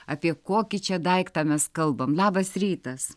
apie kokį čia daiktą mes kalbam labas rytas